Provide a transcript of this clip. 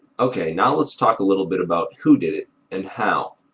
ok, now let's talk a little bit about who did it, and how.